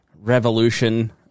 revolution